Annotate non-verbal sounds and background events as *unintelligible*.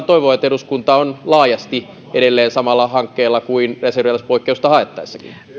*unintelligible* toivoa että eduskunta on laajasti edelleen samalla hankkeella kuin reserviläispoikkeusta haettaessakin